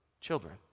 children